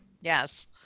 Yes